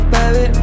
Baby